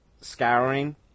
scouring